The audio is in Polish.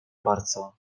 bardzo